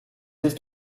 ist